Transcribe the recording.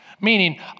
meaning